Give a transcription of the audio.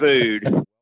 food